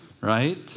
Right